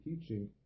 teaching